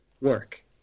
work